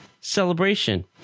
Celebration